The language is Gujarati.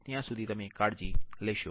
ત્યાં સુધી તમે કાળજી લેશો